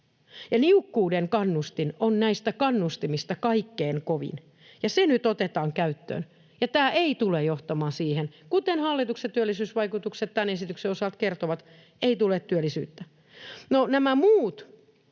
Niukkuuden kannustin on näistä kannustimista kaikkein kovin, ja se nyt otetaan käyttöön. Tämä ei tule johtamaan siihen, kuten hallituksen työllisyysvaikutukset tämän esityksen osalta kertovat — ei tule työllisyyttä. No, nämä muut